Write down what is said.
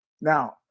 Now